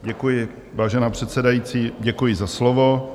Děkuji, vážená předsedající, děkuji za slovo.